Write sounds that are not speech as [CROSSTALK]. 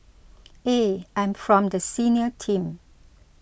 [HESITATION] I'm from the senior team